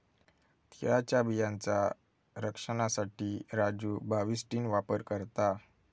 तिळाच्या बियांचा रक्षनासाठी राजू बाविस्टीन वापर करता